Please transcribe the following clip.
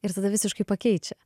ir tada visiškai pakeičia